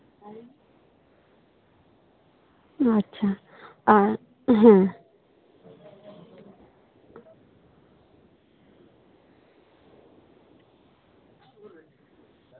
ᱟᱪᱪᱷᱟ ᱟᱨ ᱦᱮᱸ